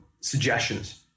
suggestions